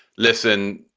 listen,